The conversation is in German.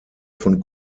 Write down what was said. von